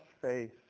faith